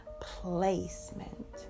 placement